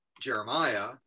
jeremiah